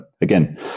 again